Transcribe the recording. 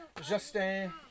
Justin